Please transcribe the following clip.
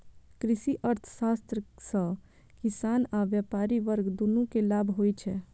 कृषि अर्थशास्त्र सं किसान आ व्यापारी वर्ग, दुनू कें लाभ होइ छै